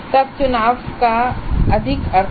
तब चुनाव का अधिक अर्थ होगा